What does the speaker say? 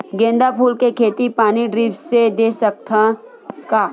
गेंदा फूल के खेती पानी ड्रिप से दे सकथ का?